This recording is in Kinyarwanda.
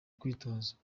kwitoza